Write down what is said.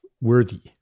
worthy